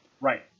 Right